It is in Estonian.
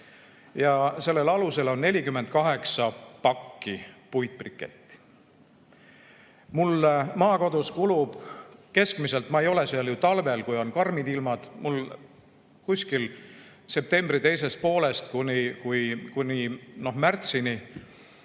Sellel alusel on 48 pakki puitbriketti. Mul maakodus kulub keskmiselt – ma ei ole seal ju talvel, kui on karmid ilmad, ma kuskil septembri teisest poolest kuni märtsini